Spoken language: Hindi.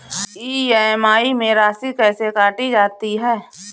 ई.एम.आई में राशि कैसे काटी जाती है?